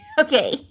Okay